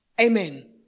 Amen